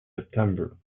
september